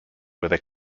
whether